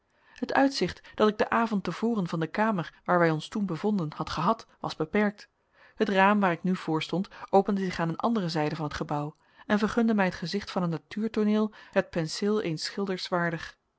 het uitzicht dat ik den avond te voren van de kamer waar wij ons toen bevonden had gehad was beperkt het raam waar ik nu voorstond opende zich aan eene andere zijde van het gebouw en vergunde mij het gezicht van een natuurtooneel het penseel eens schilders waardig